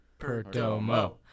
Perdomo